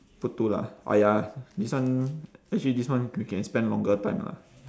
put two lah !aiya! this one actually this one we can spend longer time lah